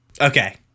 okay